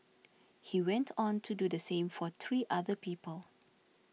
he went on to do the same for three other people